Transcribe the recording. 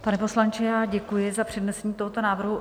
Pane poslanče, děkuji za přednesení tohoto návrhu.